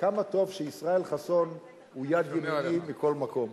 כמה טוב שישראל חסון הוא יד ימיני בכל מקום.